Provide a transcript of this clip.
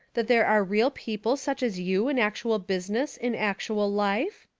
that there are real people such as you in actual business in actual life?